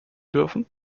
dürfen